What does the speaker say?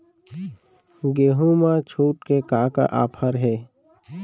गेहूँ मा छूट के का का ऑफ़र हे?